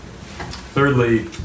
Thirdly